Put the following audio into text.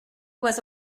was